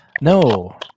No